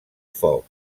foc